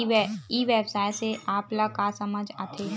ई व्यवसाय से आप ल का समझ आथे?